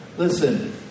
Listen